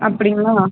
அப்பிடிங்களா